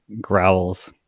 growls